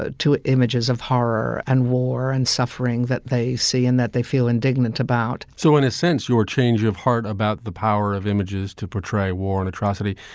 ah to images of horror and war and suffering that they see and that they feel indignant about so in a sense, your change of heart about the power of images to portray war and atrocity